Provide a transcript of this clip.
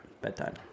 Bedtime